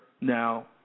now